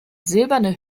silberne